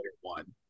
One